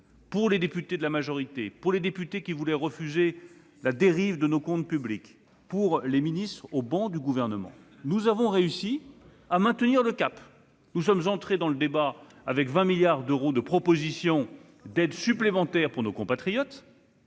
pour les députés de la majorité, pour ceux qui refusaient la dérive de nos comptes publics et pour les ministres au banc du Gouvernement. Nous avons réussi à maintenir le cap. Nous sommes entrés avec 20 milliards d'euros de propositions d'aides pour nos compatriotes.